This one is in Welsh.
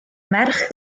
merch